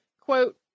quote